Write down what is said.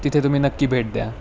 तिथे तुम्ही नक्की भेट द्या